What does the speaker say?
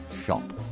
shop